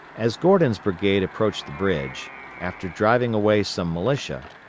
as gordon's brigade approached the bridge after driving away some militia,